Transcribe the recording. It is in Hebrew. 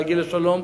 להגיע לשלום,